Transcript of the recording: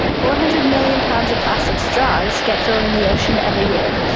four hundred million pounds of plastic straws get thrown in the ocean every year,